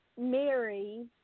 Mary